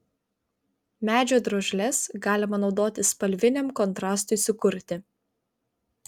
medžio drožles galima naudoti spalviniam kontrastui sukurti